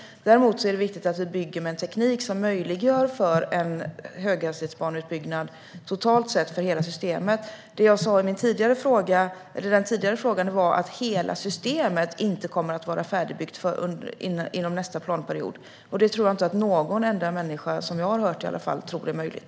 Däremot är det viktigt att vi bygger med en teknik som möjliggör för en höghastighetsbaneutbyggnad totalt sett för hela systemet. Det jag sa i den tidigare frågan var att hela systemet inte kommer att vara färdigbyggt inom nästa planperiod, och det tror jag inte heller att någon enda människa, som jag har hört i alla fall, tror är möjligt.